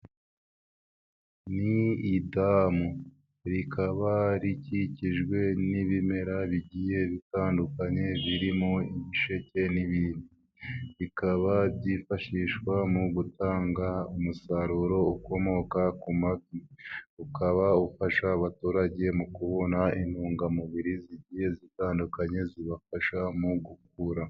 Ni idamu rikaba rikikijwe n'ibimera bigiye bitandukanye birimo ibisheke n'ibindi, bikaba byifashishwa mu gutanga umusaruro ukomoka ku mafi, ukaba ufasha abaturage mu kubona intungamubiri zigiye zitandukanye zibafasha mu gukura.